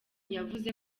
yavuze